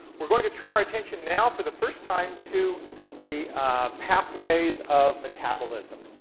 we're going to turn our attention now, for the first time, to the pathways of metabolism.